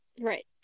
Right